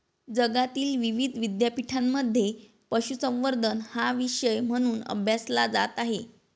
जगातील विविध विद्यापीठांमध्ये पशुसंवर्धन हा विषय म्हणून अभ्यासला जात आहे